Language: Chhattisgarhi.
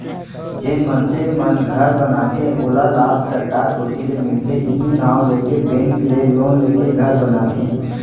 जेन मनसे मन घर बनाथे ओला लाभ सरकार कोती ले मिलथे इहीं नांव लेके बेंक ले लोन लेके घर बनाथे